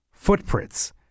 Footprints